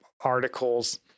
articles